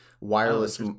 wireless